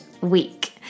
week